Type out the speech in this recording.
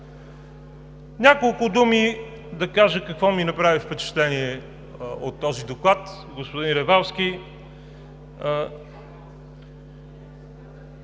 Няколко думи да кажа, какво ми направи впечатление от този доклад, господин Ревалски.